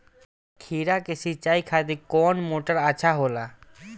खीरा के सिचाई खातिर कौन मोटर अच्छा होला?